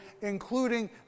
including